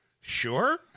sure